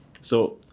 So-